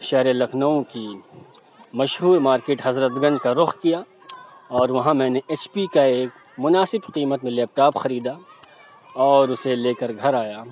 شہر لکھنؤ کی مشہور مارکیٹ حضرت گنج کا رخ کیا اور وہاں میں نے ایچ پی کا ایک مناسب قیمت میں لیپ ٹاپ خریدا اور اسے لے کر گھر آیا